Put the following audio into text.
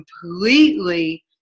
completely